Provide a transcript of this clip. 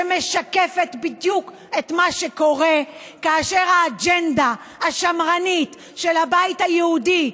שמשקפת בדיוק את מה שקורה כאשר האג'נדה השמרנית של הבית היהודי,